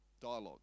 dialogue